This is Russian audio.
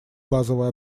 базовое